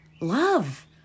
love